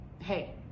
hey